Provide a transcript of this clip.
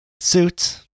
suit